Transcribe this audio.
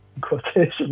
quotation